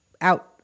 out